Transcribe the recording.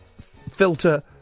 filter